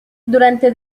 durante